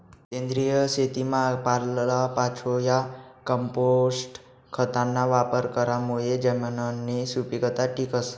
सेंद्रिय शेतीमा पालापाचोया, कंपोस्ट खतना वापर करामुये जमिननी सुपीकता टिकस